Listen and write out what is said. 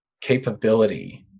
capability